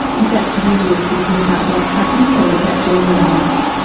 is that when you are thinking about what happened or is that generalised?